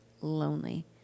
lonely